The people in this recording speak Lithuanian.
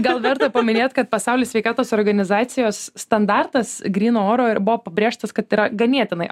gal verta paminėt kad pasaulio sveikatos organizacijos standartas gryno oro ir buvo pabrėžtas kad yra ganėtinai